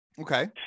Okay